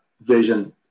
vision